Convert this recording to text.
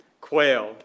quail